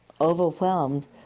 overwhelmed